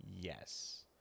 yes